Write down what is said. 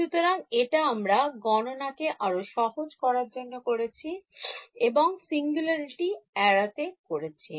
সুতরাং এটা আমরা গণনা কে আরও সহজ করার জন্য করেছি এবং Singularity এড়াতে করেছি